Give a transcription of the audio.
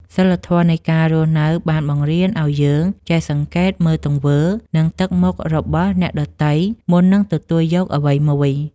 សីលធម៌នៃការរស់នៅបានបង្រៀនឱ្យយើងចេះសង្កេតមើលទង្វើ និងទឹកមុខរបស់អ្នកដទៃមុននឹងទទួលយកអ្វីមួយ។